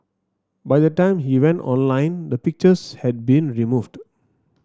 by the time he went online the pictures had been removed